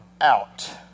out